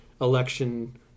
election